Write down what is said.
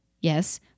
Yes